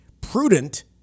prudent